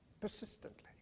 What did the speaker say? Persistently